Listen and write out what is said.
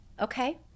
Okay